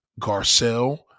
Garcelle